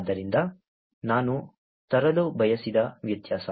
ಆದ್ದರಿಂದ ನಾನು ತರಲು ಬಯಸಿದ ವ್ಯತ್ಯಾಸ